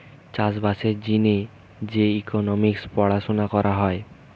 চাষ বাসের জিনে যে ইকোনোমিক্স পড়াশুনা করা হয়